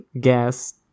gas